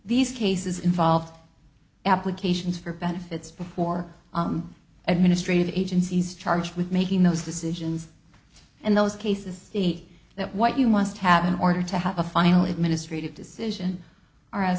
these cases involve applications for benefits before administrative agencies charged with making those decisions and those cases that what you must have in order to have a final administrative decision